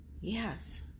yes